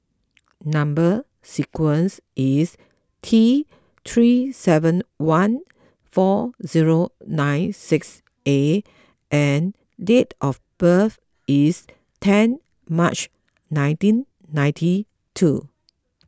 Number Sequence is T three seven one four zero nine six A and date of birth is ten March nineteen ninety two